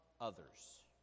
others